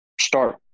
start